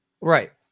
Right